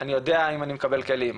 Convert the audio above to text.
אני יודע אם אני מקבל כלים.